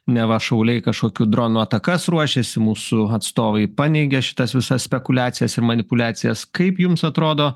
neva šauliai kažkokių dronų atakas ruošiasi mūsų atstovai paneigė šitas visas spekuliacijas ir manipuliacijas kaip jums atrodo